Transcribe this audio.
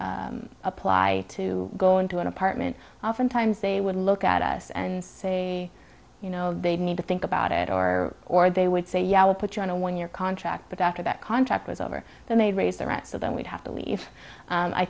to apply to go into an apartment oftentimes they would look at us and say you know they need to think about it or or they would say yeah we'll put you on a one year contract but after that contract was over they made raise the rent so then we'd have to leave